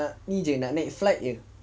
nak ni je nak naik flight jer